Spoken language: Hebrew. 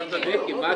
א.